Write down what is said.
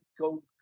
go